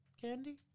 candy